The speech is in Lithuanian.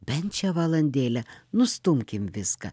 bent šią valandėlę nustumkim viską